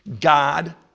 God